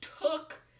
took